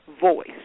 voice